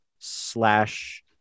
Slash